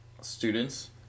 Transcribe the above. students